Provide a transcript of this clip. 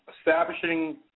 establishing